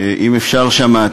אפשר להצביע.